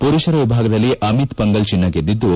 ಪುರುಷರ ವಿಭಾಗದಲ್ಲಿ ಅಮಿತ್ ಪಂಗಲ್ ಚಿನ್ನ ಗೆದ್ದಿದ್ದು